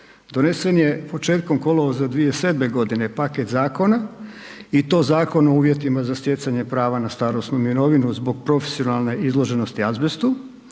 donesen je početkom kolovoza 2007. g. paket zakona i to Zakon o uvjetima za stjecanje prava na starosnu mirovinu zbog profesionalne izloženosti azbesti,